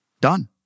Done